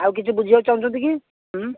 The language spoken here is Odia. ଆଉ କିଛି ବୁଝିବାକୁ ଚାହୁଁଛନ୍ତି କି